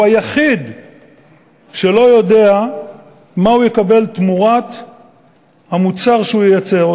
והוא היחיד שלא יודע מה הוא יקבל תמורת המוצר שהוא ייצר,